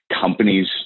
Companies